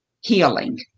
healing